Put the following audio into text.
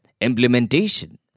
implementation